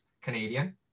Canadian